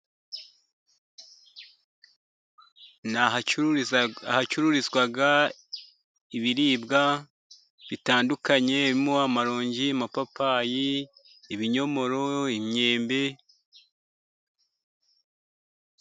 Ni ahacururiza ahacururizwa ibiribwa bitandukanye birimo: amaronji, amapapayi, ibinyomoro, imyembe...